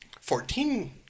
Fourteen